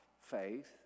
faith